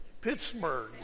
Pittsburgh